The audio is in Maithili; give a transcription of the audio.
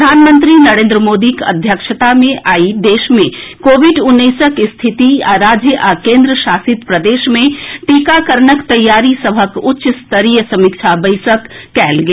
प्रधानमंत्री नरेन्द्र मोदीक अध्यक्षता मे आई देश मे कोविड उन्नैसक स्थिति आ राज्य आ केन्द्रशासित प्रदेश मे टीकाकरणक तैयारी सभक उच्च स्तरीय समीक्षा बैसक कएल गेल